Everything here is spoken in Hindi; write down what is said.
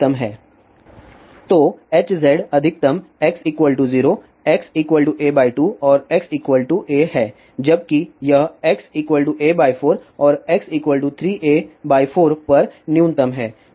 तो Hz अधिकतम x 0 x a 2 और x a है जबकि यह x a 4 और x 3a 4 पर न्यूनतम है